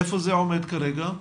איפה זה עומד כרגע?